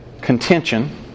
Contention